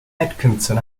atkinson